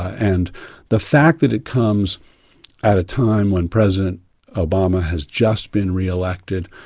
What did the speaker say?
and the fact that it comes at a time when president obama has just been re-elected,